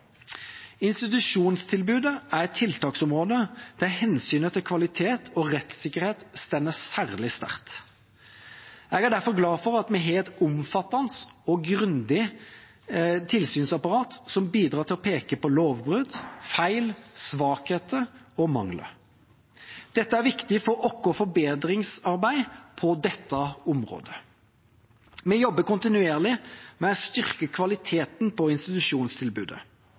Institusjonstilbudet er et tiltaksområde der hensynet til kvalitet og rettssikkerhet står særlig sterkt. Jeg er derfor glad for at vi har et omfattende og grundig tilsynsapparat som bidrar til å peke på lovbrudd, feil, svakheter og mangler. Dette er viktig for vårt forbedringsarbeid på dette området. Vi jobber kontinuerlig med å styrke kvaliteten på institusjonstilbudet,